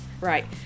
Right